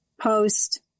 post